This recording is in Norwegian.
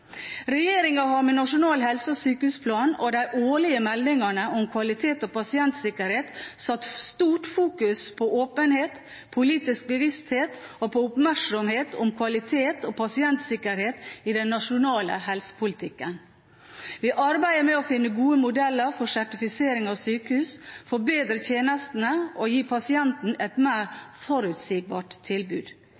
har med Nasjonal helse- og sykehusplan og de årlige meldingene om kvalitet og pasientsikkerhet fokusert sterkt på åpenhet og politisk bevissthet – og på oppmerksomhet på kvalitet og pasientsikkerhet i den nasjonale helsepolitikken. Vi arbeider med å finne gode modeller for sertifisering av sykehus, forbedre tjenestene og gi pasienten et mer